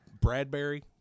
Bradbury